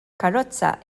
karozza